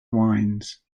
wines